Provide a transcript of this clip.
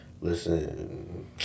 Listen